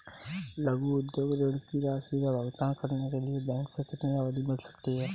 लघु उद्योग ऋण की राशि का भुगतान करने के लिए बैंक से कितनी अवधि मिल सकती है?